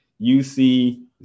UC